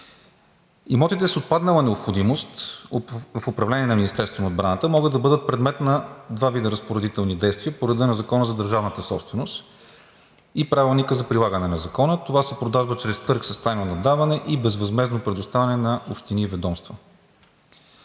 Имотите с отпаднала необходимост в управление на Министерството на отбраната могат да бъдат предмет на два вида разпоредителни действия по реда на Закона за държавната собственост и Правилника за прилагане на Закона. Това са продажба чрез търг с тайно наддаване и безвъзмездно предоставяне на общини и ведомства.